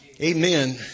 Amen